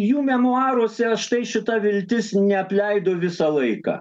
jų memuaruose štai šita viltis neapleido visą laiką